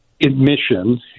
Admission